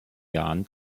jahren